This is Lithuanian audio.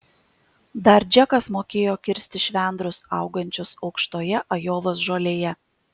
dar džekas mokėjo kirsti švendrus augančius aukštoje ajovos žolėje